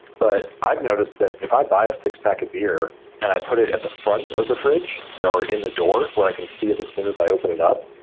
but i've noticed that if i buy a six pack of beer and i put it at the front of the fridge or in the door where i can see it as soon as i open it up,